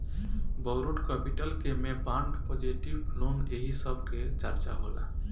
borrowed capital के में bond deposit loan एही सब के चर्चा होला